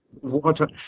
water